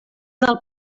del